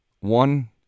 One